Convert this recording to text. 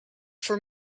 for